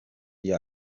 the